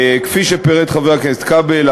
כפי שפירט חבר הכנסת כבל,